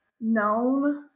known